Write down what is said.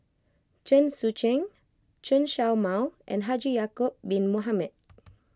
Chen Sucheng Chen Show Mao and Haji Ya'Acob Bin Mohamed